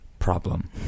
problem